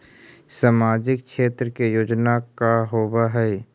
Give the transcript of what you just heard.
सामाजिक क्षेत्र के योजना का होव हइ?